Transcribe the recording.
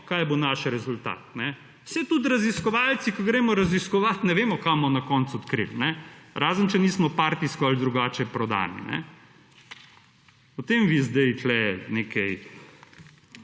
kaj bo naš rezultat. Saj tudi raziskovalci, ko gremo raziskovat, ne vemo, kaj bomo na koncu odkrili, razen če nismo partijsko ali drugače prodani. O tem vi zdaj tukaj nekaj